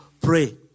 pray